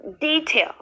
detail